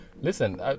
listen